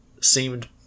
seemed